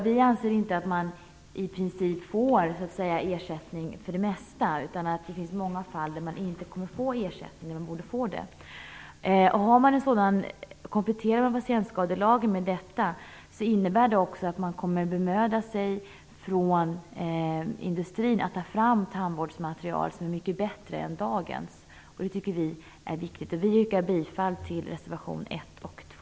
Vi anser inte att man får ersättning för det mesta. Det finns många fall där man inte får ersättning fast man borde få det. Har man en sådan komplettering av patientskadelagen innebär det också att industrin kommer att bemöda sig att ta fram tandvårdsmaterial som är mycket bättre än dagens. Det tycker vi är angeläget. Jag yrkar bifall till reservationerna 1 och 2.